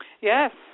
Yes